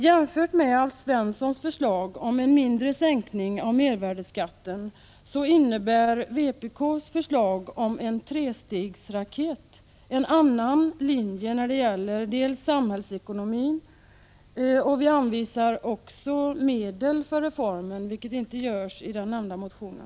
Jämfört med Alf Svenssons förslag om en mindre sänkning av mervärdeskatten innebär vpk:s förslag om en ”trestegsraket” en annan linje när det gäller samhällsekonomin. Vi har också förslag till medelsanvisning för reformen, vilket inte finns i Alf Svenssons motion.